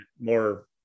more